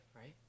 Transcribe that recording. right